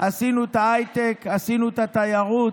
עשינו את ההייטק, עשינו את התיירות,